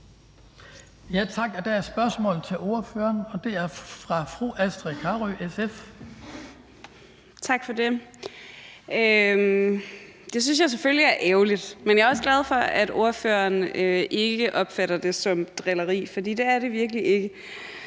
Tak for det. Det synes jeg selvfølgelig er ærgerligt, men jeg er også glad for, at ordføreren ikke opfatter det som drilleri. For det er det virkelig ikke.